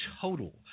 total